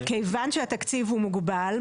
כיוון שהתקציב הוא מוגבל,